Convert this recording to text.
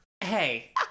hey